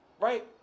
Right